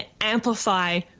amplify